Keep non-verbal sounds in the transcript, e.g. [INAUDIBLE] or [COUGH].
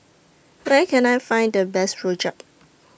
[NOISE] Where Can I Find The Best Rojak